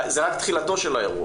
זה רק תחילתו של האירוע.